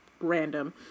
Random